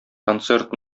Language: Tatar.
концерт